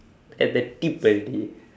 at the tip already